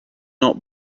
not